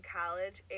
college